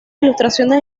ilustraciones